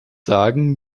sagen